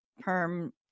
perm